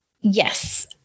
Yes